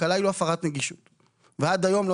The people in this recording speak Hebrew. תקלה היא לא הפרת נגישות ועד היום לא